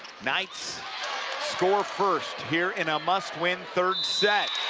knights score first here in a must-win third set.